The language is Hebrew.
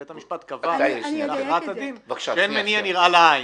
בית המשפט קבע בהכרעת הדין שאין מניע נראה לעין.